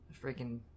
freaking